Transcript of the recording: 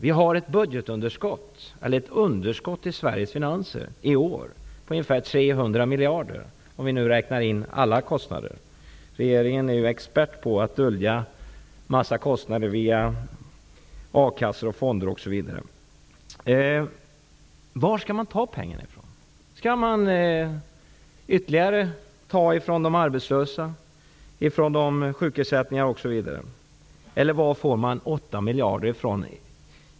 Vi har ett underskott i Sveriges finanser i år på ungefär 300 miljarder om vi räknar in alla kostnader. Regeringen är ju expert på att dölja en massa kostnader via a-kassor, fonder osv. Var skall man ta pengarna? Skall man ta ytterligare från de arbetslösa, sjukersättningar osv.? Var får man 8 miljarder kronor ifrån?